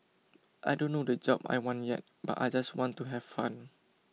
I don't know the job I want yet but I just want to have fun